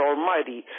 Almighty